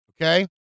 Okay